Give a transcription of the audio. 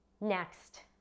Next